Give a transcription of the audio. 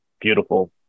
beautiful